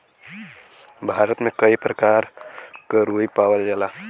भारत में कई परकार क रुई पावल जाला